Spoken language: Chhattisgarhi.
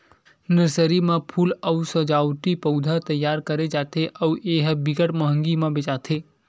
नरसरी म फूल अउ सजावटी पउधा तइयार करे जाथे अउ ए ह बिकट मंहगी म बेचाथे